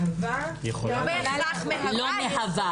מהווה --- לא בהכרח מהווה,